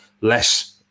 less